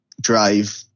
drive